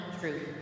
truth